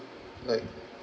like